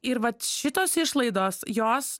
ir vat šitos išlaidos jos